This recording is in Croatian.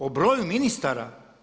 O broju ministara?